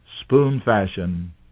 spoon-fashion